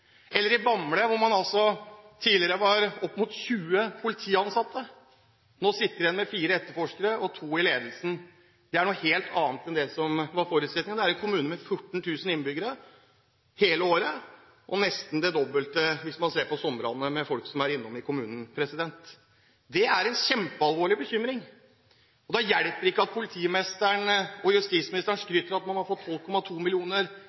eller i Bamble, der det tidligere var opp mot 20 politiansatte, hvor man nå sitter igjen med fire etterforskere og to i ledelsen. Det er noe helt annet enn det som var forutsetningen. Dette er en kommune med 14 000 innbyggere hele året – og nesten det dobbelte om sommeren, med folk som er innom kommunen. Det er en kjempealvorlig bekymring. Det hjelper ikke at politimesteren og justisministeren skryter av at man har fått 12,2